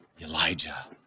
Elijah